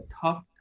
tough